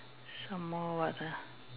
some more what ah